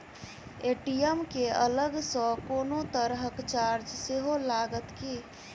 ATM केँ अलग सँ कोनो तरहक चार्ज सेहो लागत की?